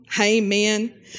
Amen